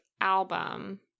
album